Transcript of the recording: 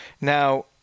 Now